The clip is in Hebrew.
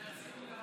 ייעוץ משפטי הוא